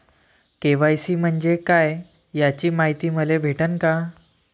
KYC म्हंजे काय याची मायती मले भेटन का?